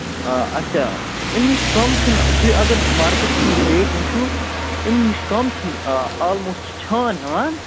آ اچھا اَمہِ نِش کَم چھِنہٕ تُہۍ اَگر مارکیٹَس منٛز ریٹ وٕچھِو اَمہِ نِش کَم چھِنہٕ آلموسٹ چھان ہٮ۪وان